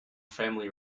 family